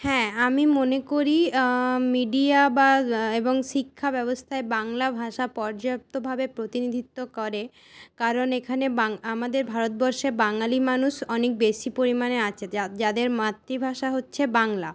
হ্যাঁ আমি মনে করি মিডিয়া বা এবং শিক্ষা ব্যবস্থায় বাংলা ভাষা পযার্প্ত ভাবে প্রতিনিতত্ব করে কারণ এখানে বাং আমাদের ভারতবর্ষের বাঙালি মানুষ অনেক বেশি পরিমাণে আছে যা যাদের মাতৃভাষা হচ্ছে বাংলা